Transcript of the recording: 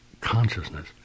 consciousness